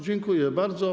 Dziękuję bardzo.